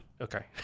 Okay